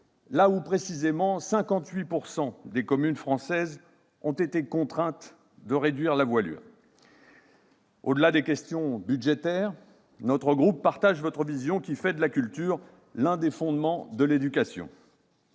là où 58 % des communes françaises ont été contraintes de réduire la voilure. Au-delà des questions budgétaires, notre groupe partage votre vision, madame la ministre, qui fait de la culture l'un des fondements de l'éducation.